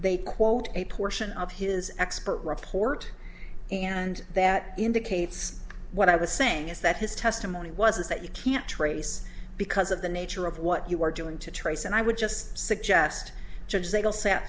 they quote a portion of his expert report and that indicates what i was saying is that his testimony was that you can't trace because of the nature of what you are doing to trace and i would just suggest judge they all sat